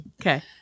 Okay